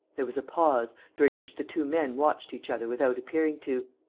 there was a pause, during which the two men watched each other without appearing to.